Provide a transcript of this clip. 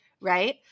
right